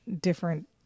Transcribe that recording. different